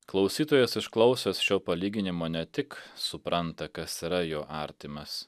klausytojas išklausęs šio palyginimo ne tik supranta kas yra jo artimas